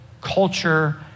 culture